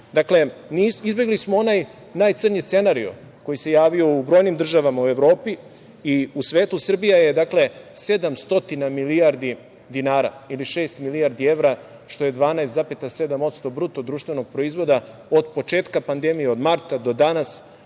izbegli smo onaj najcrnji scenario koji se javio u brojnim državama u Evropi i u svetu. Srbija je 700 milijardi dinara ili šest milijardi evra, što je 12,7% BDP, od početka pandemije, od marta do danas,